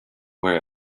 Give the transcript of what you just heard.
where